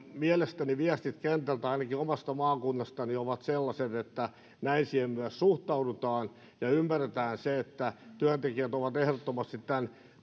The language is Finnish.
mielestäni viestit kentältä ainakin omasta maakunnastani ovat sellaiset että näin siihen myös suhtaudutaan ja ymmärretään se että ehdottomasti tämän